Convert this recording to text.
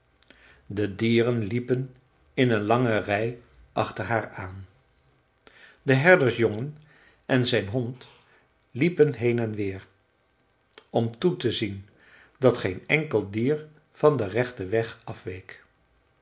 de dieren liepen in een lange rij achter haar aan de herdersjongen en zijn hond liepen heen en weer om toe te zien dat geen enkel dier van den rechten weg afweek